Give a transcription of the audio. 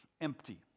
Empty